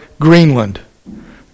Greenland